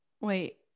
Wait